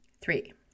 Three